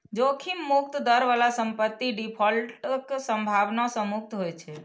जोखिम मुक्त दर बला संपत्ति डिफॉल्टक संभावना सं मुक्त होइ छै